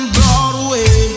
Broadway